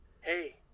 hey